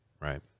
Right